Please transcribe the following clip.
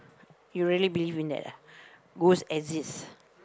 you really believe in that ah ghost exist